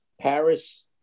Paris